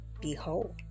Behold